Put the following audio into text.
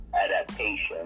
adaptation